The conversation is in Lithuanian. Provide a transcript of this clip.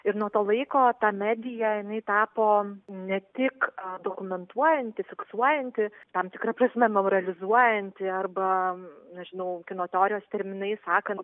ir nuo to laiko ta media jinai tapo ne tik dokumentuojanti fiksuojanti tam tikra prasme moralizuojanti arba nežinau kino teorijos terminais sakant